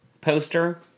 poster